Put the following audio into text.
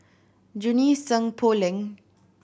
Junie Sng Poh Leng